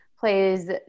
plays